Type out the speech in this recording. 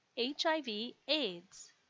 HIV-AIDS